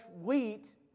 wheat